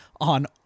on